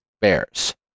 Bears